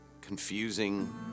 confusing